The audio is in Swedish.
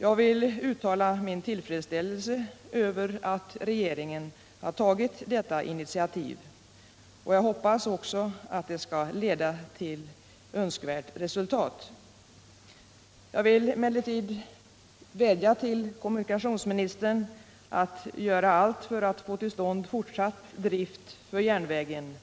Jag vill uttala min tillfredsställelse över att regeringen har tagit detta initiativ, och jag hoppas också att det skall leda till önskvärt resultat. Jag vill emellertid vädja till kommunikationsministern att göra allt för att få till stånd fortsatt drift för järnvägen